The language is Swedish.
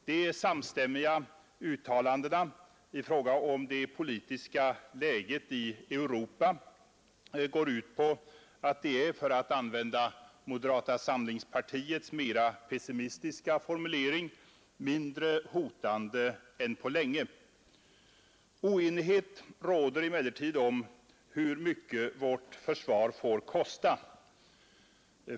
De samstämmiga uttalandena i fråga om det politiska läget i Europa går ut på att det är, för att använda moderata samlingspartiets mera pessimistiska formulering, mindre hotande än på länge. Oenighet råder emellertid om hur mycket vårt försvar får kosta.